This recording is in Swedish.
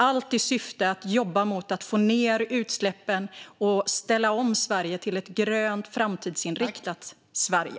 Allt detta görs i syfte att jobba mot att få ned utsläppen och ställa om Sverige till ett grönt och framtidsinriktat Sverige.